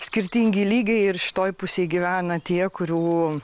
skirtingi lygiai ir šitoj pusėj gyvena tie kurių